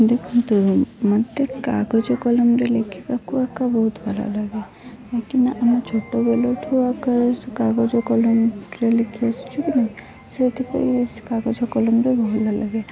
ଦେଖନ୍ତୁ ମୋତେ କାଗଜ କଲମରେ ଲେଖିବାକୁ ଏକା ବହୁତ ଭଲ ଲାଗେ କାହିଁକିନା ଆମ ଛୋଟ ବେଳଠୁ କାଗଜ କଲମରେ ଲେଖି ଆସୁଛି କି ନା ସେଥିପାଇଁ କାଗଜ କଲମରେ ଭଲ ଲାଗେ